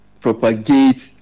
propagate